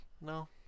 No